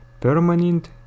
permanent